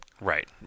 Right